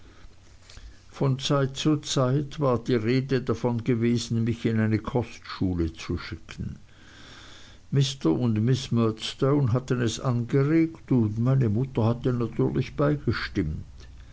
von zeit zu zeit war davon die rede gewesen mich in eine kostschule zu schicken mr und miß murdstone hatten es angeregt und meine mutter hatte natürlich beigestimmt